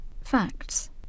Facts